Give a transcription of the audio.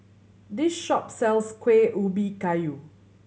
this shop sells Kuih Ubi Kayu